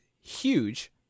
huge